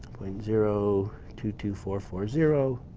point zero two two four four zero.